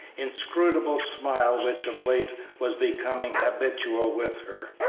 inscrutable smile which of late was becoming habitual with her.